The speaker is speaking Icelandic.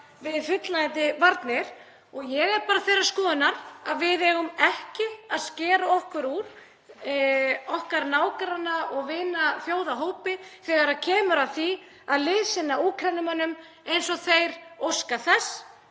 við fullnægjandi varnir og ég er þeirrar skoðunar að við eigum ekki að skera okkur úr okkar nágranna- og vinaþjóðahópi þegar kemur að því að liðsinna Úkraínumönnum eins og þeir óska þess